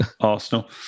Arsenal